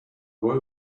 boy